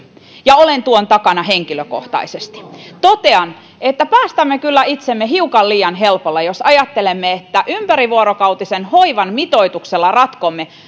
ja olen tuon takana henkilökohtaisesti totean että päästämme kyllä itsemme hiukan liian helpolla jos ajattelemme että ympärivuorokautisen hoivan mitoituksella ratkomme